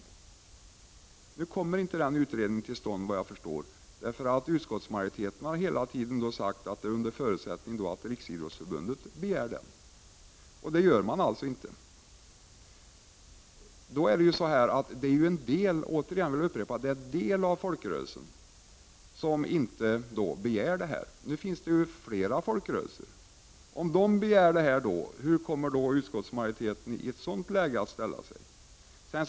Men nu kommer utredningen såvitt jag förstår ändå inte till stånd. Utskottsmajoriteten har nämligen hela tiden sagt att utredningen skall tillsättas under förutsättning att Riksidrottsförbundet begär det, och det gör alltså inte Riksidrottsförbundet. Jag vill upprepa att det således är en folkrörelse som inte begär en utredning. Men det finns ju fler folkrörelser. Hur ställer sig utskottsmajoriten om dessa begär en utredning?